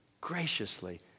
graciously